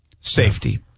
safety